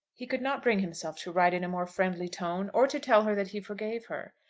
he could not bring himself to write in a more friendly tone, or to tell her that he forgave her.